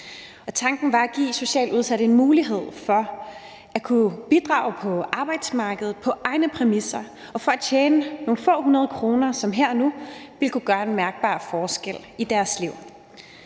Tanken var at give socialt udsatte en mulighed for at kunne bidrage på arbejdsmarkedet på egne præmisser og tjene nogle få hundrede kroner, som her og nu ville kunne gøre en mærkbar forskel i deres liv.